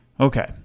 Okay